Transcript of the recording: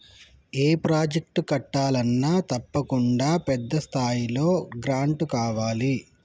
ఏ project కట్టాలన్నా తప్పకుండా పెద్ద స్థాయిలో గ్రాంటు కావాలి